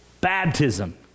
baptism